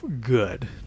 good